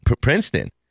Princeton